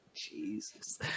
Jesus